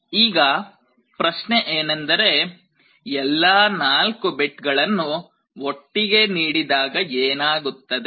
ಈಗ ಪ್ರಶ್ನೆ ಏನೆಂದರೆ ಎಲ್ಲಾ 4 ಬಿಟ್ ಗಳನ್ನು ಒಟ್ಟಿಗೆ ನೀಡಿದಾಗ ಏನಾಗುತ್ತದೆ